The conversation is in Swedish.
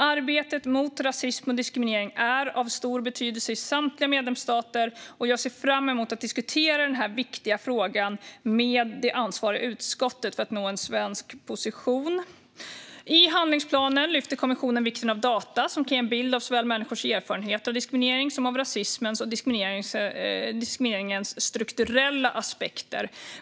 Arbetet mot rasism och diskriminering är av stor betydelse i samtliga medlemsstater. Jag ser fram emot att diskutera denna viktiga fråga med det ansvariga utskottet för att nå en svensk position. I handlingsplanen lyfter kommissionen fram vikten av data som kan ge en bild av såväl människors erfarenheter av diskriminering som av rasismens och diskrimineringens strukturella aspekter.